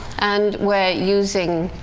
and we're using